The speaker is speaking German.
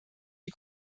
die